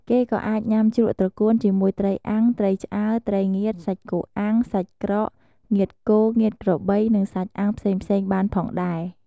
គេក៏អាចញុំាជ្រក់ត្រកួនជាមួយត្រីអាំង ត្រីឆ្អើរ ត្រីងៀត សាច់គោអាំង សាច់ក្រក ងៀតគោ ងៀតក្របី និងសាច់អាំងផ្សេងៗបានផងដែរ។